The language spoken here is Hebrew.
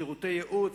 שירותי ייעוץ,